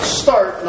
start